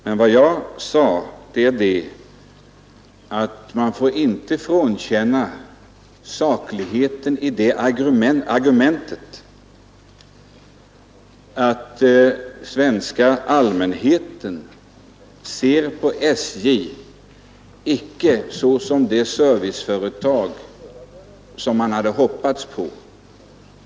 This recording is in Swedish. Men vad jag säger är att vi får inte frånkänna det argumentet saklighet, att den svenska allmänheten inte ser på SJ såsom det serviceföretag man hade hoppats på.